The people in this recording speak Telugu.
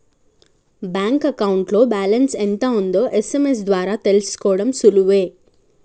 బ్యాంక్ అకౌంట్లో బ్యాలెన్స్ ఎంత ఉందో ఎస్.ఎం.ఎస్ ద్వారా తెలుసుకోడం సులువే